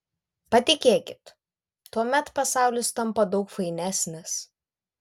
patikėkit tuomet pasaulis tampa daug fainesnis